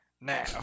Now